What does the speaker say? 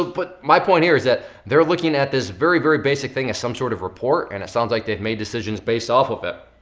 ah but my point here is that they're looking at this very, very basic thing as some sort of report. and it sounds like they've made decisions based off of it.